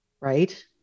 right